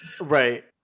right